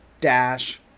dash